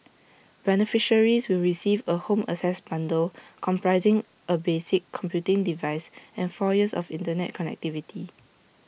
beneficiaries will receive A home access bundle comprising A basic computing device and four years of Internet connectivity